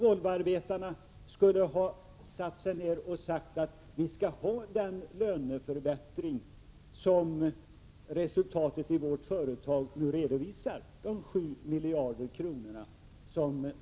Volvoarbetarna kanske hade satt sig ner och sagt: Vi skall ha en löneförbättring som står i relation till Volvos redovisade vinst på 7 miljarder kronor.